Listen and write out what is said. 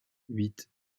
huit